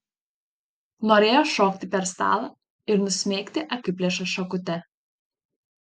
norėjo šokti per stalą ir nusmeigti akiplėšą šakute